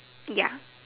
ya